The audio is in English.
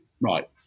right